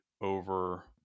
over